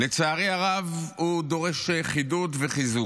לצערי הרב דורש חידוד וחיזוק.